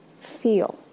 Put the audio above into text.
feel